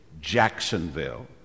Jacksonville